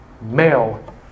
male